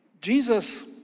Jesus